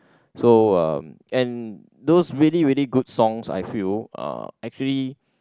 so uh and those really really good songs I feel uh actually